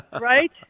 Right